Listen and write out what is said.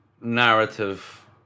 narrative